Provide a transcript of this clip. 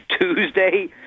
Tuesday